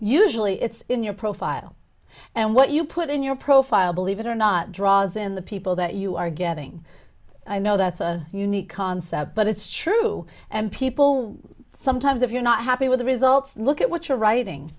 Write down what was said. usually it's in your profile and what you put in your profile believe it or not draws in the people that you are getting i know that's a unique concept but it's true and people sometimes if you're not happy with the results look at what you're writing